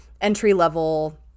entry-level